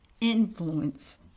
influence